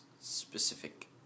specific